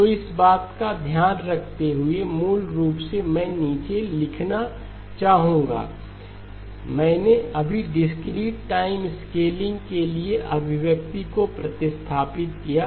तो इस बात को ध्यान में रखते हुए मूल रूप से मैं नीचे लिखना चाहूंगा XDn −∞n∞XDZ nn −∞n∞xZ n मैंने अभी डिस्क्रीट टाइम में स्केलिंग के लिए अभिव्यक्ति को प्रतिस्थापित किया है